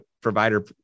provider